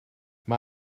mae